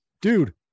Dude